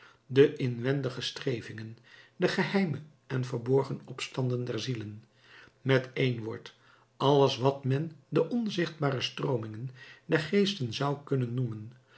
de inwendige strevingen de geheime en verborgen opstanden der zielen met één woord alles wat men de onzichtbare stroomingen der geesten zou kunnen noemen